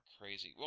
Crazy